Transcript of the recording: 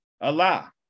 Allah